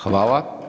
Hvala.